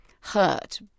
hurt